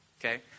Okay